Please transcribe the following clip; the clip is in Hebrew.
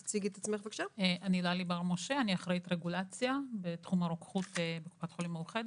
אני אחראית רגולציה בתחום הרוקחות בקופת חולים מאוחדת.